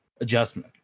adjustment